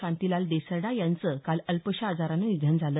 शांतीलाल देसरडा यांचं काल अल्पशा आजारानं निधन झालं